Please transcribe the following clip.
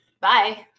Bye